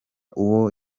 uwo